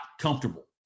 comfortable